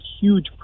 huge